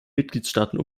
mitgliedstaaten